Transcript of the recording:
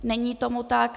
Není tomu tak.